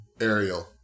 Ariel